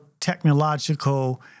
technological